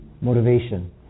motivation